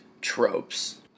tropes